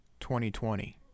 2020